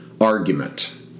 argument